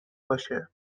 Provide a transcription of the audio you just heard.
باشه